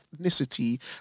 ethnicity